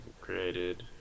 created